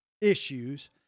issues